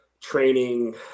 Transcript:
training